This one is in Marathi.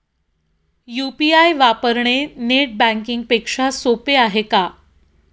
यु.पी.आय वापरणे नेट बँकिंग पेक्षा सोपे आहे का?